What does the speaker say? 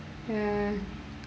ya